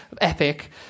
epic